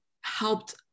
helped